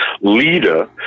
leader